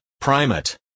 primate